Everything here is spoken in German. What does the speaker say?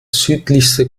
südlichste